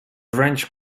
wrench